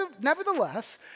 Nevertheless